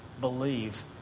believe